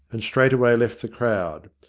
and straightway left the crowd.